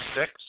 six